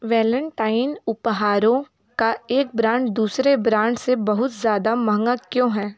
Valentine उपहारों का एक ब्रांड दूसरे ब्रांड से बहुत ज़्यादा महंगा क्यों है